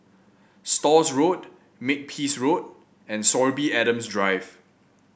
Stores Road Makepeace Road and Sorby Adams Drive